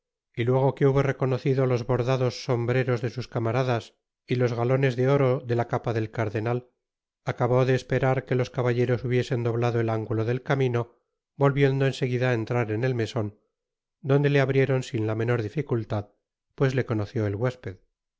y luego que hubo reconocido los bordados sombreros de sus camaradas y los galones de oro de la capa del cardenal acabó de esperar que los caballeros hubiesen doblado el ángulo del camino volviendo en seguida á entrar en el meson donde le abrieron sin la menor dificultad pues le conoció el huesped mi